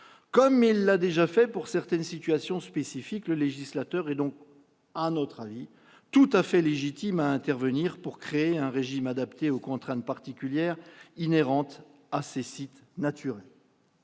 Comme il l'a déjà fait pour certaines situations spécifiques, le législateur est donc, à notre avis, tout à fait légitime à intervenir pour créer un régime adapté aux contraintes particulières inhérentes à ces sites naturels.